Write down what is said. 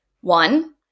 one